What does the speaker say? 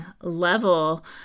level